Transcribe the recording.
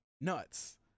nuts